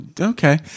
okay